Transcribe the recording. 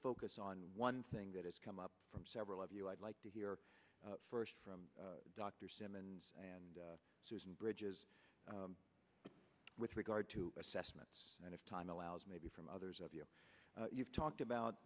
focus on one thing that has come up from several of you i'd like to hear first from dr simmons and susan bridges with regard to assessments and if time allows maybe from others of you you've talked about